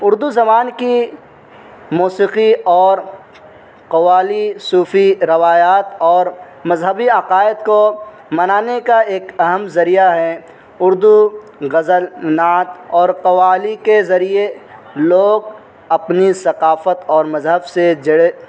اردو زبان کی موسیقی اور قوالی صوفی روایات اور مذہبی عقائد کو منانے کا ایک اہم ذریعہ ہے اردو غزل نعت اور قوالی کے ذریعے لوگ اپنی ثقافت اور مذہب سے جڑے